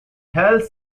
health